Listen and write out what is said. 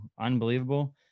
unbelievable